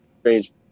strange